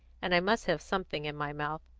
and i must have something in my mouth,